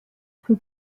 für